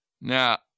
Now